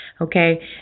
okay